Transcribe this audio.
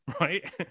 right